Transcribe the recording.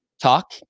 talk